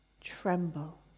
Tremble